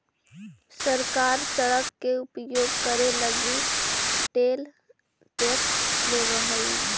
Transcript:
सरकार सड़क के उपयोग करे लगी टोल टैक्स लेवऽ हई